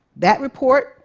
that report